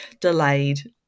delayed